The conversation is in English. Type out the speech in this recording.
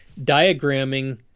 diagramming